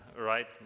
right